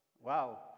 Wow